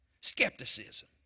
skepticism